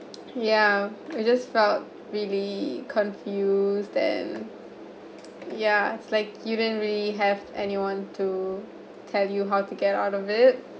ya I just felt really confused then ya it's like didn't really have anyone to tell you how to get out of it